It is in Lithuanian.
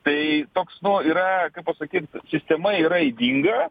tai toks nu yra kaip pasakyti sistema yra ydinga